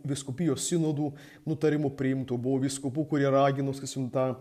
vyskupijos sinodų nutarimų priimtų buvo vyskupų kurie ragino sakysim tą